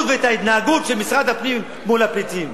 ואת ההתנהגות של משרד הפנים מול הפליטים,